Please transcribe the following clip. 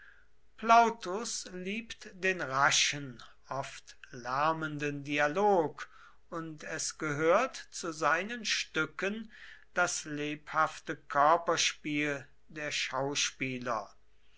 plautus liebt den raschen oft lärmenden dialog und es gehört zu seinen stücken das lebhafte körperspiel der schauspieler